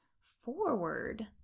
forward